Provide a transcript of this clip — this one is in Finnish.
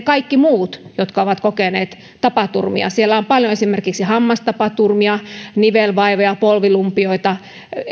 kaikki muihin jotka ovat kokeneet tapaturmia siellä on paljon esimerkiksi hammastapaturmia nivelvaivoja polvilumpioita